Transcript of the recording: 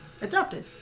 Adopted